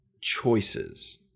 choices